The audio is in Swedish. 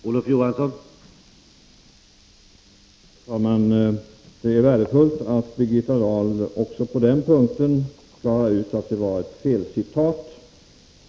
Herr talman! Det är värdefullt att Birgitta Dahl också i plutoniumfrågan klarar ut att det var ett felcitat.